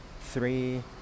three